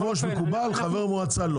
יושב ראש מקובל, חבר מועצה לא.